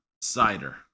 cider